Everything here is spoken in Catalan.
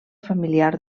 familiar